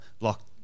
lock